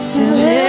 Till